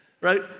right